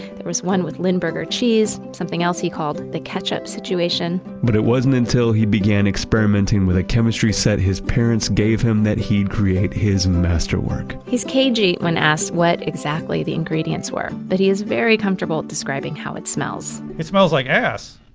there was one with limburger cheese, something else he called the ketchup situation. but it wasn't until he began experimenting with a chemistry set his parents gave him that he'd create his masterwork. he's cagey when asked what exactly the ingredients were, but he is very comfortable describing how it smells. it smells like ass.